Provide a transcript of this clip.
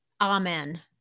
amen